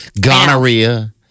Gonorrhea